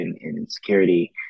insecurity